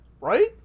Right